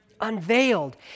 unveiled